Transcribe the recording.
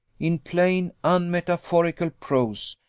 in plain, unmetaphorical prose,